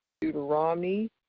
Deuteronomy